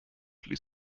ließ